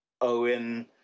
Owen